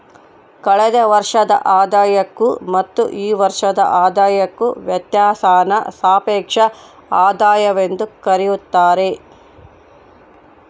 ಕಳೆದ ವರ್ಷದ ಆದಾಯಕ್ಕೂ ಮತ್ತು ಈ ವರ್ಷದ ಆದಾಯಕ್ಕೂ ವ್ಯತ್ಯಾಸಾನ ಸಾಪೇಕ್ಷ ಆದಾಯವೆಂದು ಕರೆಯುತ್ತಾರೆ